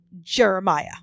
Jeremiah